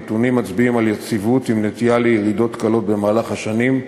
הנתונים מצביעים על יציבות עם נטייה לירידות קלות במהלך השנים,